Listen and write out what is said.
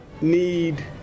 need